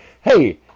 hey